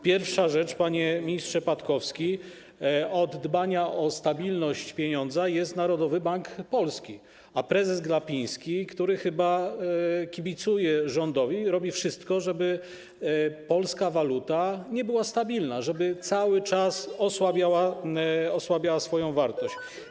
Pierwsza rzecz, panie ministrze Patkowski: od dbania o stabilność pieniądza jest Narodowy Bank Polski, a prezes Glapiński, który chyba kibicuje rządowi, robi wszystko, żeby polska waluta nie była stabilna, żeby cały czas osłabiała swoją wartość.